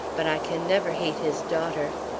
but i can never hate his daughter.